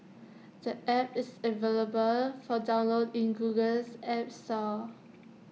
the app is available for download in Google's app store